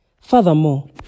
Furthermore